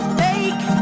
fake